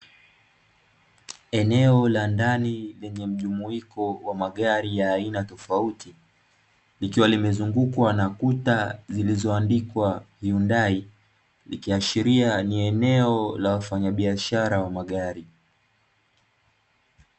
Eneo la ndani lenye mjumuiko wa magari ya aina tofauti, likiwa limezungukwa na kuta zilizoandikwa "Hyundai", ikiashiria ni eneo la wafanyabiashara wa magari.